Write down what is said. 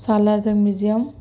Salar Jung museum